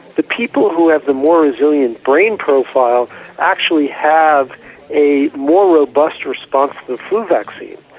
the people who have the more resilient brain profile actually have a more robust response to the flu vaccine.